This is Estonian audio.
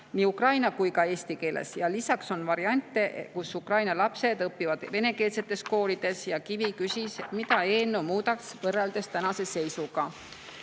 nii ukraina kui ka eesti keeles. Lisaks on variante, kui Ukraina lapsed õpivad venekeelsetes koolides. Kivi küsis, mida eelnõu muudaks võrreldes tänase seisuga.